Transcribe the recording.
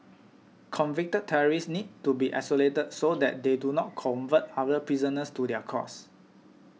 convicted terrorists need to be isolated so that they do not convert other prisoners to their cause